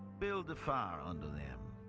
build a fire under them.